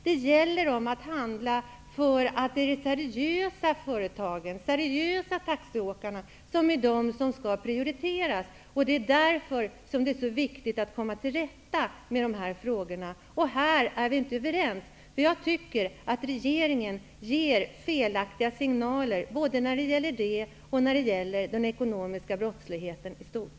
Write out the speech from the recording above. Det gäller att handla så att de seriösa företagen och taxiåkarna prioriteras. Det är därför som det är så viktigt att komma till rätta med dessa frågor. Här är vi inte överens. Vi socialdemokrater anser att regeringen ger fel signaler både i denna fråga och när det gäller den ekonomiska brottsligheten i stort.